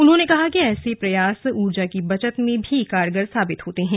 उन्होंने कहा कि ऐसे प्रयास ऊर्जा की बचत में भी कारगर साबित होते हैं